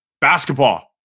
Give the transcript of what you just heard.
basketball